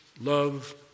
love